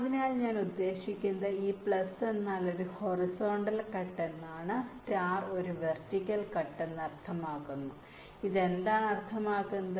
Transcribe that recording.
അതിനാൽ ഞാൻ ഉദ്ദേശിക്കുന്നത് ഈ പ്ലസ് എന്നാൽ ഒരു ഹൊറിസോണ്ടൽ കട്ട് എന്നാണ് സ്റ്റാർ ഒരു വെർട്ടിക്കൽ കട്ട് എന്ന് അർത്ഥമാക്കുന്നു ഇത് എന്താണ് അർത്ഥമാക്കുന്നത്